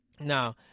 Now